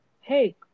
Hey